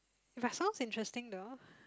eh but sounds interesting though